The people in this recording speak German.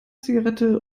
zigarette